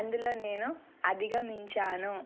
అందులో నేను అధిగమించాను